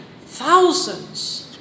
thousands